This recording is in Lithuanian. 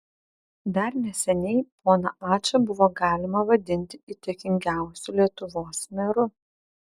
dar neseniai poną ačą buvo galima vadinti įtakingiausiu lietuvos meru